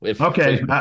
Okay